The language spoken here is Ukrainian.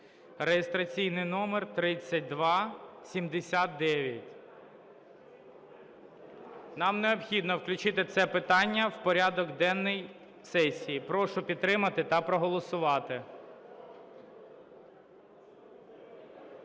(реєстраційний номер 3279). Нам необхідно включити це питання в порядок денний сесії. Прошу підтримати та проголосувати.